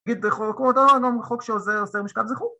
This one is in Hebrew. ‫תגיד דרך הוקרות, חוק שעוזר עושה משקב זכור.